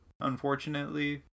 unfortunately